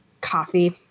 Coffee